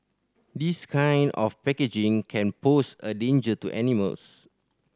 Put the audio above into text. this kind of packaging can pose a danger to animals